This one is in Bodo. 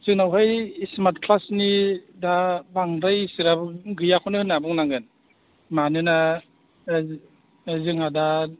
जोंनावहाय स्मार्ट क्लासनि दा बांद्राय इसिग्राब गैयाखौनो होन्नानै बुंनांगोन मानोना जोंहा दा